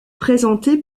présentée